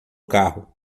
carro